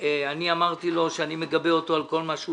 אני אמרתי לו שאני מגבה אותו על כל מה שהוא